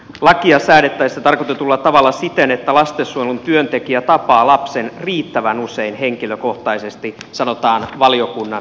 lakia säädettäessä tarkoitetulla tavalla siten että lastensuojelun työntekijä tapaa lapsen riittävän usein henkilökohtaisesti sanotaan valiokunnan kannanotossa